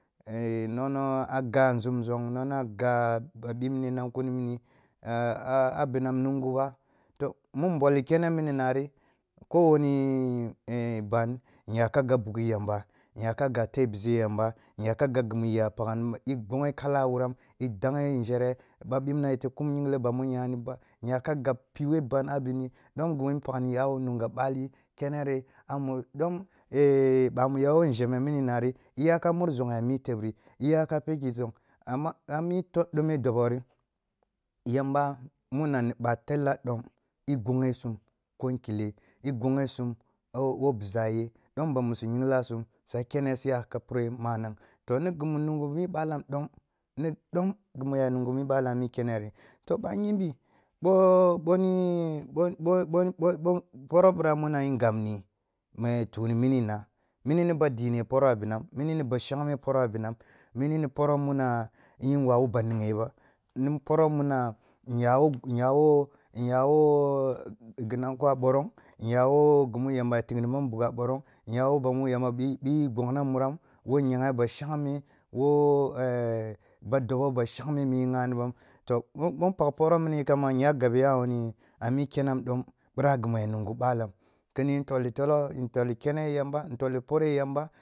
Ee nongna a ga a nzum zong, nong na ga ba bibne nang kuni mini a binam nunguba, mun nbolli kene mini nari kowane ɓan nyaka gabe bughi yamba, nyaka gab te bize yamba, nyaka gab gini iya pakn i gighe kala wuram i daghe nzhere ba bibna yete kum yingle bamu nyani ba, nyaka gab piwei ban a bini dom gumu npakhni ya wo nunge bali keneri bamu yawo nzheme nun inari iyaka mur zoghia mi teb ri uyaka pekki zong amma ami dome dobo ri yamba mun ani ba yalla dom i goghe sum ko nkile, i goghesum wo-wo bizaye dom bamu si yingla sum s akene siya ka pure mannag. To nigmu nungu mi balam dom. Ni dom gumu ya nungu mi balam a mi kene ri to ba yimbi bo poro bira mina yin gaɓ ni ma ya tu ni mina, mini ni ɓa dine poro mini nib a shangh. Poro a binam, mini un wawuba nighe b ani poro mina nyawo nyawo-nyawo-ntawo ginanko a boromg bam bugh a borong nya wo bamu yamba bi yi gongna munam, wo nyaghe ba shamgme wo e e ba dob oba shag me mu yi ghani bam bo npakh poro mini kampa nya gab yam ya wuni a mir kenem do mbira gumu ya nungu balam, kin iyi ntolli tolo ntolli kene ye yamba.